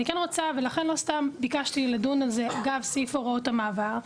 ולכן לא סתם ביקשתי לדון על זה אגב סעיף הוראות המעבר,